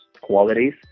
qualities